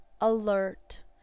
alert